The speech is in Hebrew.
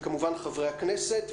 וכמובן את חברי הכנסת.